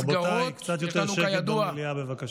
רבותיי, קצת יותר שקט במליאה, בבקשה.